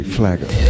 flagger